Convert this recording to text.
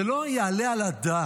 זה לא יעלה על הדעת.